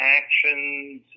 actions